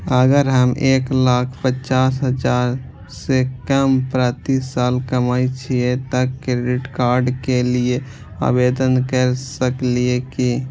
अगर हम एक लाख पचास हजार से कम प्रति साल कमाय छियै त क्रेडिट कार्ड के लिये आवेदन कर सकलियै की?